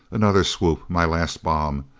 another swoop. my last bomb.